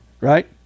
right